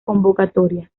convocatoria